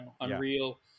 Unreal